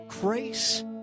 grace